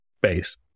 base